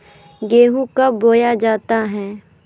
गेंहू कब बोया जाता हैं?